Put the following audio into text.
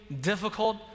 difficult